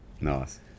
Nice